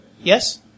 Yes